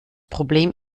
problem